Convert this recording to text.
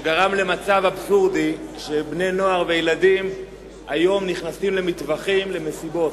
שגרם למצב אבסורדי שבני נוער וילדים נכנסים היום למטווחים למסיבות.